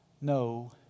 no